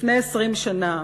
לפני 20 שנה,